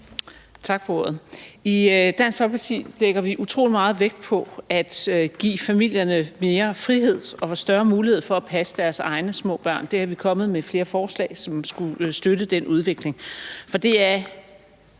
Tak for ordet. I Dansk Folkeparti lægger vi utrolig meget vægt på at give familierne mere frihed og større mulighed for at passe deres egne små børn, og vi er kommet med flere forslag, som skulle støtte den udvikling.